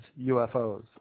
UFOs